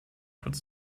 could